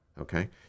Okay